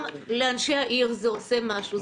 גם לאנשי העיר זה עושה משהו,